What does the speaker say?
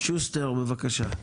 שוסטר בבקשה.